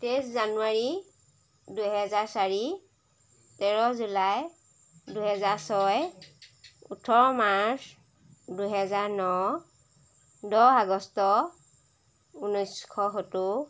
তেইছ জানুৱাৰী দুহেজাৰ চাৰি তেৰ জুলাই দুহেজাৰ ছয় ওঠৰ মাৰ্চ দুহেজাৰ ন দহ আগষ্ট ঊনৈছশ সত্তৰ